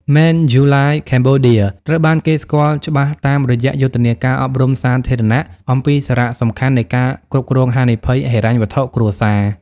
Manulife Cambodia ត្រូវបានគេស្គាល់ច្បាស់តាមរយៈយុទ្ធនាការអប់រំសាធារណៈអំពីសារៈសំខាន់នៃ ការគ្រប់គ្រងហានិភ័យ ហិរញ្ញវត្ថុគ្រួសារ។